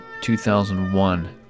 2001